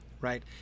right